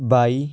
ਬਾਈ